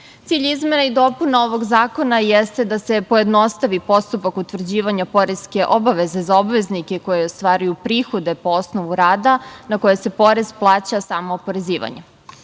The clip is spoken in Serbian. izmena i dopuna ovog zakona, jeste da se pojednostavi postupak utvrđivanja poreske obaveze za obveznike, koje ostvaruju prihode po osnovu rada, na koje se porez plaća samooporezivanjem. Rešenje